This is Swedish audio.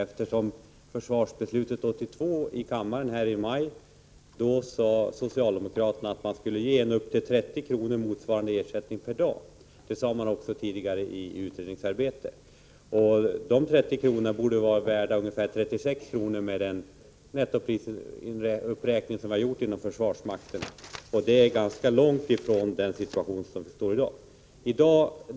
I samband med försvarsbeslutet här i kammaren i maj 1982 sade socialdemokraterna att man ville ge en ersättning med 30 kr. per dag, och det hade man tidigare sagt också under utredningsarbetet. De 30 kronorna borde i dag vara värda ungefär 36 kr., med den nettoprisuppräkning som vi har gjort inom försvarsmakten. Det är långt ifrån den situation där vi står i dag.